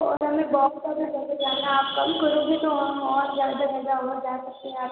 तो हमें बहुत सारे जगह जाना है आप कम करोगे तो हम और ज़्यादा जगह और जा सकते हैं आपके साथ